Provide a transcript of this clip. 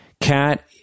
CAT